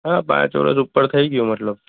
હા પાંચ વર્ષ ઉપર થઈ ગયું મતલબ